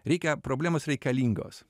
reikia problemos reikalingos